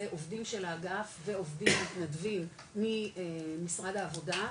עובדים של האגף ועובדים מתנדבים ממשרד העבודה,